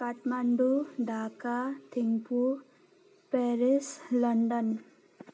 Kathmandu Dhaka Thimphu Paris London